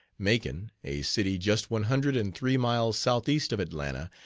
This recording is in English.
macon, a city just one hundred and three miles south-east of atlanta,